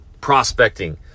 prospecting